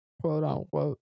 quote-unquote